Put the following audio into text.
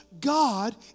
God